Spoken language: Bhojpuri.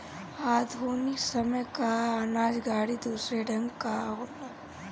आधुनिक समय कअ अनाज गाड़ी दूसरे ढंग कअ होला